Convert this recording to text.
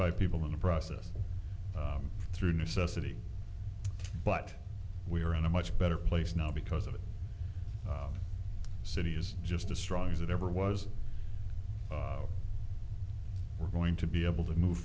five people in the process through necessity but we are in a much better place now because of the city's just as strong as it ever was we're going to be able to move